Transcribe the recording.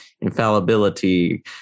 infallibility